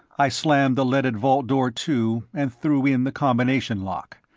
i slammed the leaded vault door to and threw in the combination lock.